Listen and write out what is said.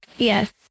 yes